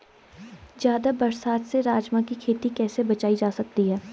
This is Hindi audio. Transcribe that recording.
ज़्यादा बरसात से राजमा की खेती कैसी बचायी जा सकती है?